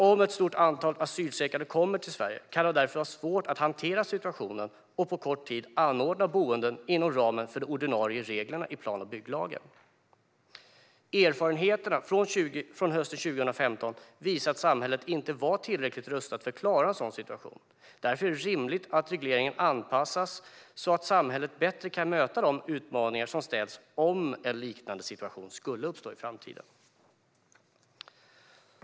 Om ett stort antal asylsökande kommer till Sverige kan det därför vara svårt att hantera situationen och på kort tid anordna boenden inom ramen för de ordinarie reglerna i plan och bygglagen. Erfarenheterna från hösten 2015 visar att samhället inte var tillräckligt rustat för att klara en sådan situation. Därför är det rimligt att regleringen anpassas så att samhället bättre kan möta de utmaningar som ställs om en liknande situation skulle uppstå i framtiden.